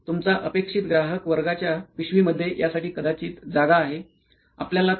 तुमचा अपेक्षित ग्राहक वर्गाच्या पिशवीमध्ये यासाठी किंचित जागा आहे